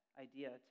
idea